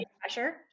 pressure